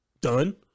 done